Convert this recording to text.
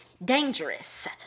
Dangerous